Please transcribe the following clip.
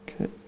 Okay